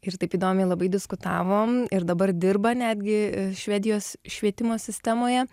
ir taip įdomiai labai diskutavom ir dabar dirba netgi švedijos švietimo sistemoje